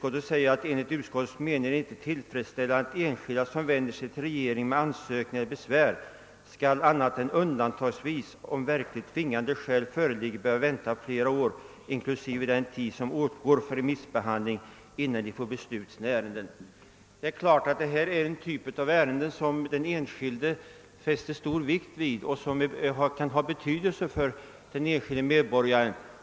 Det heter: »Enligt utskottets mening är det inte tillfredsställande att enskilda, som vänder sig till regeringen med ansökningar eller besvär, skall annat än undantagsvis, om verkligt tvingande skäl föreligger, behöva vänta flera år, inklusive den tid som åtgår för remissbehandling, innan de får beslut i sina ärenden.» Det är klart att detta är en typ av ärenden som den enskilde fäster stor vikt vid och som kan ha stor betydelse för den enskilde medborgaren.